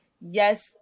Yes